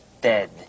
dead